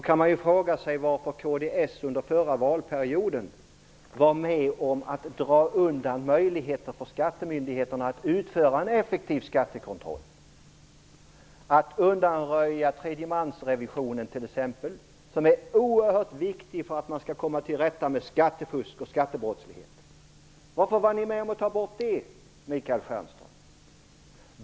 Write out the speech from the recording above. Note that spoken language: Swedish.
Men varför var då kds under förra valperioden med om att dra undan möjligheter för skattemyndigheterna att utföra en effektiv skattekontroll och att t.ex. undanröja tredjemansrevisionen, som är oerhört viktig när det gäller möjligheterna att komma till rätta med skattefusk och skattebrottslighet? Varför var ni med om att ta bort de sakerna, Michael Stjernström?